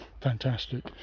fantastic